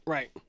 Right